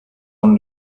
own